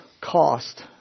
cost